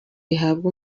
ihabwa